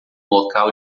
local